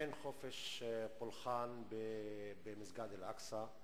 אין חופש פולחן במסגד אל-אקצא.